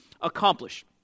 accomplish